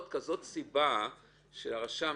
להיות סיבה מיוחדת,